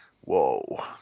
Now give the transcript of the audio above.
Whoa